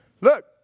look